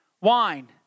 wine